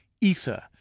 Ether